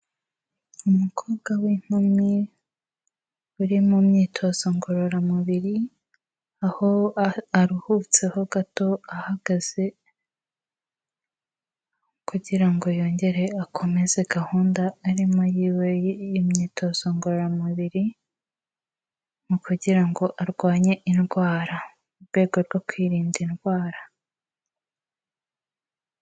Umukobwa w'inkumi, uri mu myitozo ngororamubiri, aho aruhutse ho gato ahagaze, kugira ngo yongere akomeze gahunda arimo y'iwe y'imyitozo ngororamubiri, mu kugira ngo arwanye indwara, mu rwego rwo kwirinda indwara.